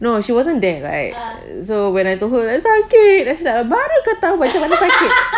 okay no she wasn't there right so when I told her sakit baru kau tahu macam sakit she's like